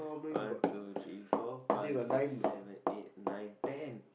one two three four five six seven eight nine ten